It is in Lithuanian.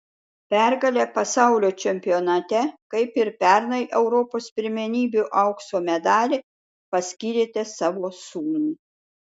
pergalę pasaulio čempionate kaip ir pernai europos pirmenybių aukso medalį paskyrėte savo sūnui